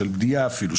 של בנייה אפילו,